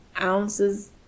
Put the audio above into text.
ounces